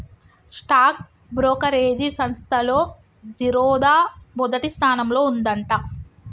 stock brokerage సంస్తల్లో జిరోదా మొదటి స్థానంలో ఉందంట